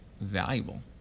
valuable